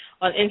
on